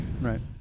Right